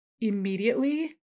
immediately